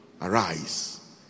Arise